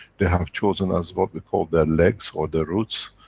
they have chosen as what we call their legs or their roots,